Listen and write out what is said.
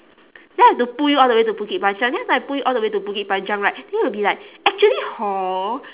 then I have to pull you all the way to bukit panjang then if I pull you all the way to bukit panjang right then you'll be like actually hor